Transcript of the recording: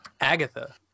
agatha